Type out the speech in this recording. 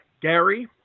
Gary